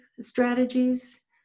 strategies